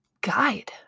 guide